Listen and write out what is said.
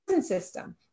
system